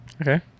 Okay